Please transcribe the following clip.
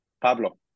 Pablo